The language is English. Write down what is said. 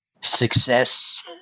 Success